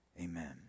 amen